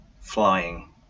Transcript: flying